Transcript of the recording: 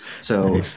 So-